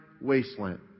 wasteland